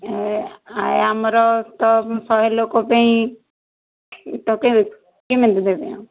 ଏ ଏ ଆମର ତ ଶହେ ଲୋକ ପାଇଁ କେମିତି ଦେବେ ଆଉ